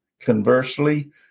Conversely